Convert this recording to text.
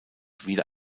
wieder